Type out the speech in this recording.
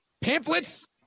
Pamphlets